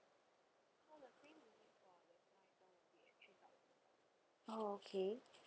oh okay